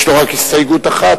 יש לו רק הסתייגות אחת,